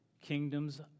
kingdoms